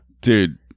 dude